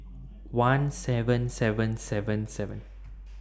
one seven seven seven seven